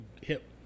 hip